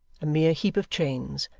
a mere heap of chains,